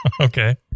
Okay